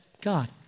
God